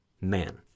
man